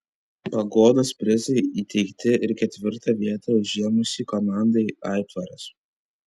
paguodos prizai įteikti ir ketvirtą vietą užėmusiai komandai aitvaras